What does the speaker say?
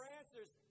answers